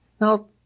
Now